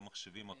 לא מחשיבים אותם.